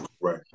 right